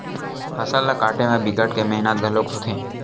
फसल ल काटे म बिकट के मेहनत घलोक होथे